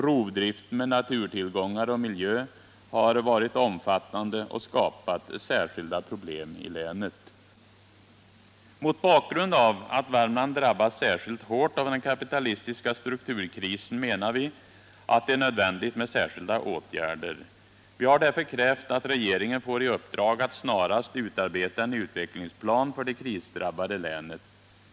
Rovdriften med naturtillgångar och miljö har varit omfattande och skapat särskilda problem i länet. Mot bakgrund av att Värmland drabbats särskilt hårt av den kapitalistiska strukturkrisen menar vi att det är nödvändigt med särskilda åtgärder. Vi har därför krävt att regeringen får i uppdrag att snarast utarbeta en utvecklingsplan för det krisdrabbade länet.